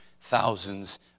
thousands